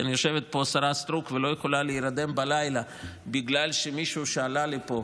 יושבת פה השרה סטרוק ולא יכולה להירדם בלילה בגלל מישהו שעלה לפה